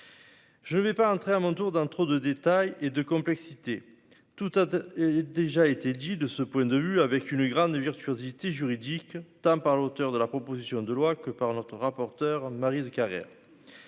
Je ne vais pas entrer à mon tour d'un trop de détails et de complexité, tout a déjà été dit de ce point de vue avec une grande virtuosité juridique tant par l'auteur de la proposition de loi que par notre rapporteur Maryse Carrère,